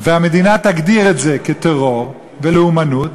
והמדינה תגדיר את זה כטרור ולאומנות,